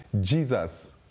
Jesus